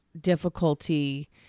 difficulty